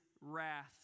wrath